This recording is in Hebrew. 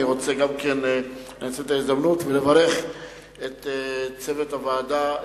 אני רוצה לנצל את ההזדמנות ולברך את צוות הוועדה,